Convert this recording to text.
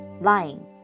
Lying